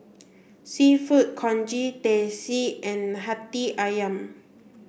Seafood Congee Teh C and Hati Ayam